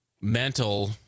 mental